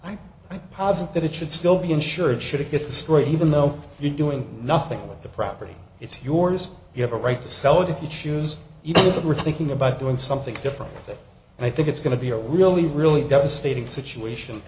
posit that it should still be insured should it get destroyed even though you're doing nothing with the property it's yours you have a right to sell it if you choose even the we're thinking about doing something different and i think it's going to be a really really devastating situation